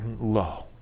low